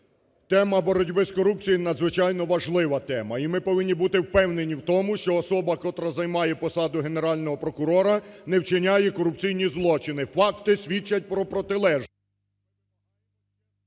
Тема боротьбі зі корупцією – надзвичайно важлива тема і ми повинні бути впевнені в тому, що особа, котра займає посаду Генерального прокурора, не вчиняє корупційні злочини. Факти свідчать про протилежне.